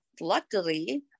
luckily